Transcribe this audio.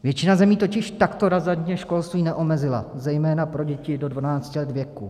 Většina zemí totiž takto razantně školství neomezila, zejména pro děti do 12 let věku.